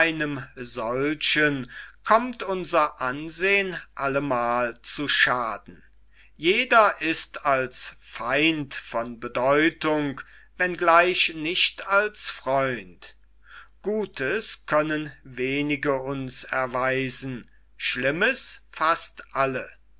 solchen kommt unser ausehn allemal zu schaden jeder ist als feind von bedeutung wenn gleich nicht als freund gutes können wenige uns erweisen schlimmes fast alle